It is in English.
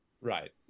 right